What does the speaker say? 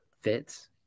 fits